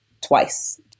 twice